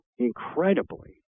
incredibly